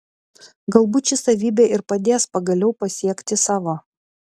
galbūt ši savybė ir padės pagaliau pasiekti savo